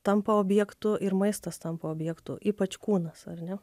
tampa objektu ir maistas tampa objektu ypač kūnas ar ne